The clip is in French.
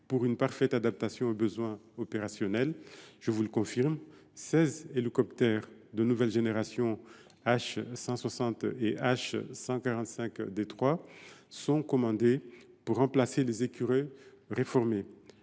pour une parfaite adaptation aux besoins opérationnels. Je vous confirme que seize hélicoptères de nouvelle génération – H160 et H145 D3 – sont commandés pour remplacer les appareils Écureuils réformés.